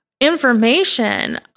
information